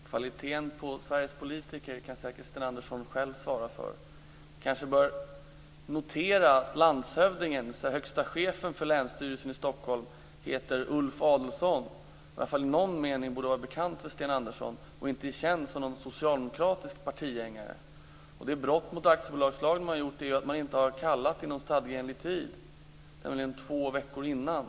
Fru talman! Frågan om kvaliteten på Sveriges politiker kan säkert Sten Andersson själv besvara. Man kanske bör notera att landshövdingen, dvs. Ulf Adelsohn. Han borde i varje fall i någon mening vara bekant för Sten Andersson och inte känd som någon socialdemokratisk partianhängare. Det brott mot aktiebolagslagen som man har begått är att man inte har kallat inom stadgeenlig tid, nämligen två veckor innan.